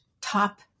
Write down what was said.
top